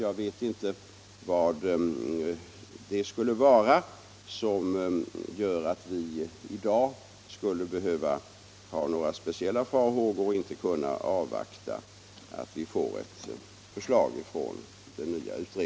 Jag vet inte vad det Om användningen skulle vara som gör att vi i dag skulle behöva ha några speciella farhågor — av statliga datare